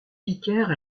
vicaire